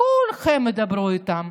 כולכם תדברו איתם,